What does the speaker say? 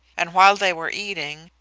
and while they were eating,